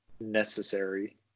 necessary